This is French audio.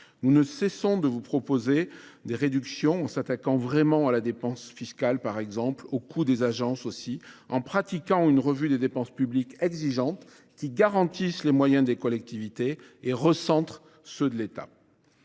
Nous ne cessons de vous proposer des réductions, par exemple en vous attaquant véritablement à la dépense fiscale ou au coût des agences, ou encore en pratiquant une revue des dépenses publiques exigeante qui garantisse les moyens des collectivités et recentre ceux de l’État.